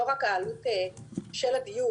לא רק העלות של הדיור.